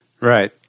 right